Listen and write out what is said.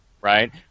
right